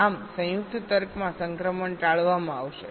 આમ સંયુક્ત તર્કમાં સંક્રમણ ટાળવામાં આવશે